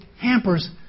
hampers